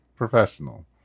Professional